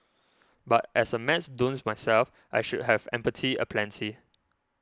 but as a maths dunce myself I should have empathy aplenty